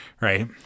right